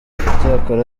icyakora